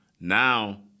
now